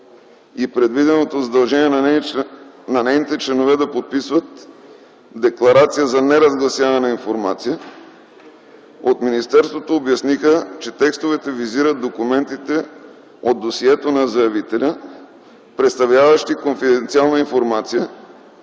и предвиденото задължение на нейните членове да подписват декларация за неразгласяване на информация, от министерството обясниха, че текстовете визират документите от досието на заявителя, представляващи конфиденциална информация